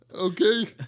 Okay